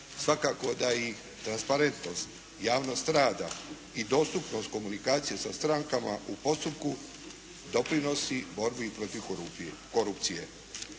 Svakako da i transparentnost, javnost rada i dostupnost komunikacije sa strankama u postupku doprinosi borbi protiv korupcije.